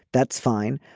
that's fine.